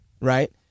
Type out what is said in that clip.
Right